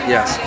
Yes